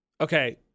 Okay